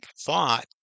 thought